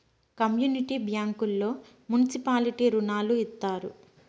community బ్యాంకుల్లో municipality రుణాలు ఇత్తారు